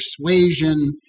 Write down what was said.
persuasion